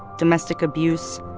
domestic abuse.